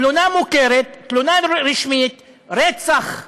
תלונה מוכרת, תלונה רשמית, רצח קרוב,